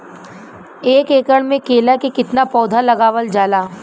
एक एकड़ में केला के कितना पौधा लगावल जाला?